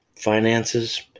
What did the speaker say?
finances